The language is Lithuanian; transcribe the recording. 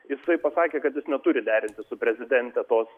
jisai pasakė kad jis neturi derinti su prezidente tos